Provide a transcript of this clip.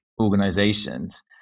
organizations